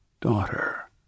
daughter